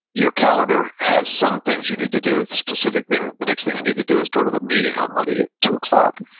your calendar has some things you need to do, it's a specific thing, the next thing you need to do is go to the meeting on monday at two o'clock,